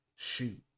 shoot